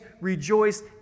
rejoice